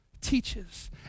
teaches